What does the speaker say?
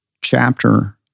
chapter